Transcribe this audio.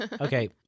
Okay